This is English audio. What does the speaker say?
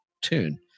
tune